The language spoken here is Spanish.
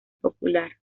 popular